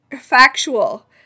factual